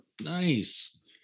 Nice